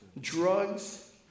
drugs